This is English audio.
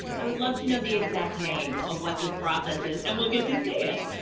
i would love to know the exact name of what this process is, and we'll get to see it.